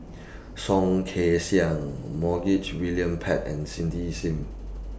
Soh Kay Siang Montague William Pett and Cindy SIM